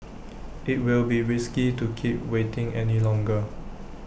IT will be risky to keep waiting any longer